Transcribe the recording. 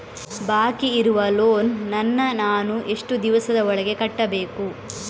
ಬಾಕಿ ಇರುವ ಲೋನ್ ನನ್ನ ನಾನು ಎಷ್ಟು ದಿವಸದ ಒಳಗೆ ಕಟ್ಟಬೇಕು?